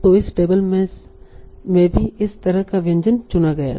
तो इस टेबल में भी इसी तरह का व्यंजन चुना गया था